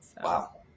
Wow